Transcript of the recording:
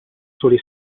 soli